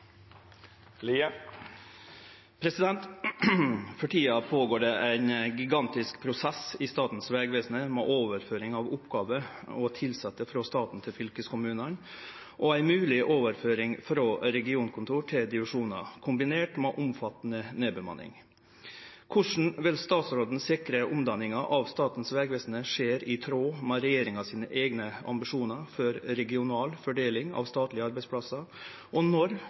fylkeskommunane og ei mogleg overføring frå regionkontor til divisjonar kombinert med omfattande nedbemanning. Korleis vil statsråden sikre at omdanninga av Statens vegvesen skjer i tråd med regjeringa sine eigne ambisjonar for regional fordeling av statlege arbeidsplassar, og